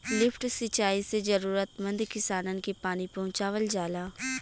lift सिंचाई से जरूरतमंद किसानन के पानी पहुंचावल जाला